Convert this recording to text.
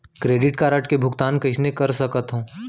Credit card के भुगतान कइसने कर सकथो?